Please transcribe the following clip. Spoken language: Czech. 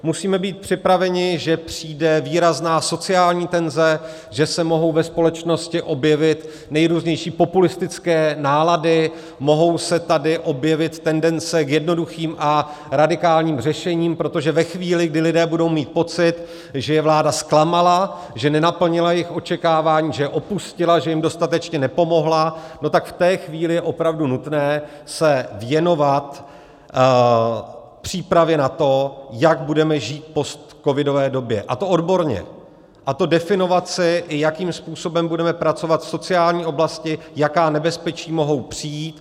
Musíme být připraveni, že přijde výrazná sociální tenze, že se mohou ve společnosti objevit nejrůznější populistické nálady, mohou se tady objevit tendence k jednoduchým a radikálním řešením, protože ve chvíli, kdy lidé budou mít pocit, že je vláda zklamala, že nenaplnila jejich očekávání, že je opustila, že jim dostatečně nepomohla, tak v té chvíli je opravdu nutné se věnovat přípravě na to, jak budeme žít v postcovidové době, a to odborně, a to definovat si, jakým způsobem budeme pracovat v sociální oblasti, jaká nebezpečí mohou přijít.